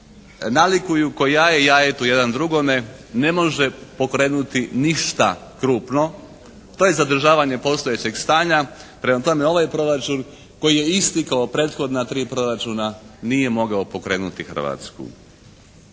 nalikuju kao jaje jajetu jedan drugome ne može pokrenuti ništa krupno. To je zadržavanje postojeće stanja. Prema tome ovaj proračun koji je isti kao i prethodna 3 proračuna nije mogao pokrenuti Hrvatsku.